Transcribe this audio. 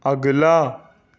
اگلا